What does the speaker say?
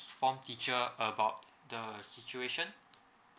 form teacher about the situation